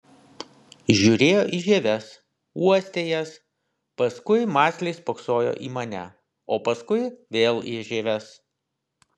žiūrėjo į žieves uostė jas paskui mąsliai spoksojo į mane o paskui vėl į žieves